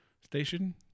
station